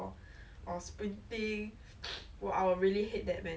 whole day run here run there gym here gym there !wah! I tell you